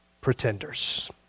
Pretenders